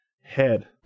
head